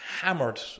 hammered